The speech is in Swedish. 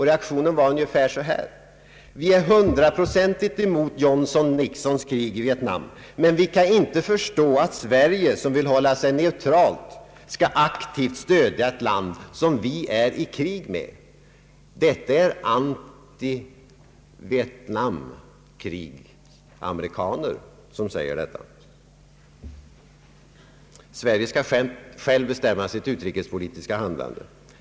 Reaktionen var ungefär följande: Vi är hundraprocentigt emot Johnson-Nixonkriget i Vietnam, men vi kan inte förstå att Sverige, som vill hålla sig neutralt, aktivt vill stödja ett land som vi befinner oss i krig med. Det är antivietnamkrig-amerikaner som säger detta. Sverige skall självt bestämma sitt utrikespolitiska handlande.